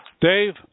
Dave